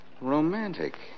Romantic